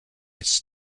its